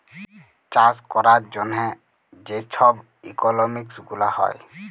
চাষ ক্যরার জ্যনহে যে ছব ইকলমিক্স গুলা হ্যয়